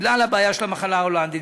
בגלל הבעיה של המחלה ההולנדית,